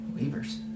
Weavers